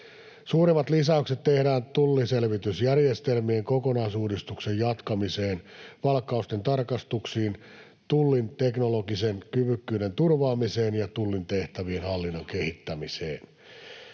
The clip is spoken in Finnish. Suurimmat lisäykset tehdään tulliselvitysjärjestelmien kokonaisuudistuksen jatkamiseen, palkkausten tarkastuksiin, Tullin teknologisen kyvykkyyden turvaamiseen ja Tullin tehtävien hallinnan kehittämiseen.